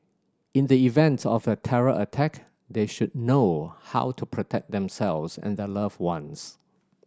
in the event of a terror attack they should know how to protect themselves and their loved ones